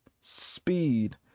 speed